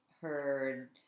heard